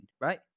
right